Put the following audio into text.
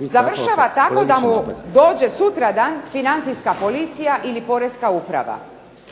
završava tako da mu dođe sutradan financijska policija ili poreska uprava.